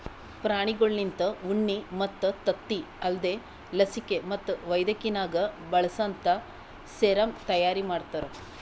ಪ್ರಾಣಿಗೊಳ್ಲಿಂತ ಉಣ್ಣಿ ಮತ್ತ್ ತತ್ತಿ ಅಲ್ದೇ ಲಸಿಕೆ ಮತ್ತ್ ವೈದ್ಯಕಿನಾಗ್ ಬಳಸಂತಾ ಸೆರಮ್ ತೈಯಾರಿ ಮಾಡ್ತಾರ